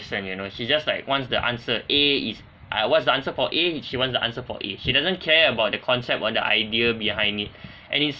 listen you know she just like wants the answer A is ah what's the answer for A she wants the answer for A she doesn't care about the concept or the idea behind it and it's